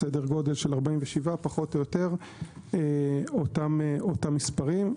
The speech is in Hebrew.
סדר גודל של כ-47, אותם מספרים.